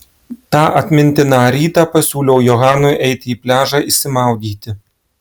tą atmintiną rytą pasiūliau johanui eiti į pliažą išsimaudyti